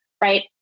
right